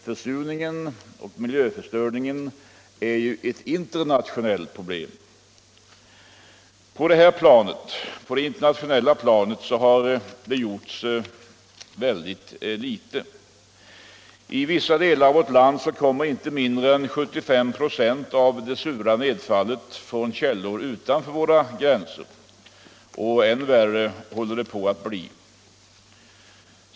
Försurningen och miljöförstöringen är ju ett internationellt problem. På det internationella planet har mycket litet gjorts. I vissa delar av vårt land kommer inte mindre än 75 96 av det sura nedfallet från källor utanför våra gränser. Och än värre håller det på att bli.